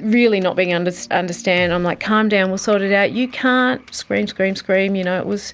really not being able and so to understand. i'm like, calm down, we'll sort it out. you can't! scream, scream, scream, you know, it was